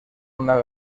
una